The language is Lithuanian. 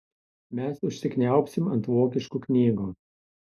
mes užsikniaubsim ant vokiškų knygų